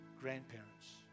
grandparents